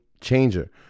changer